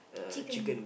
chicken